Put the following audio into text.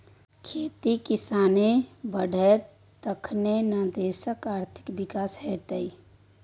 खेती किसानी बढ़ितै तखने न देशक आर्थिक विकास हेतेय